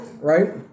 Right